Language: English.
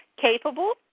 Capable